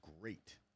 great